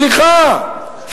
סליחה,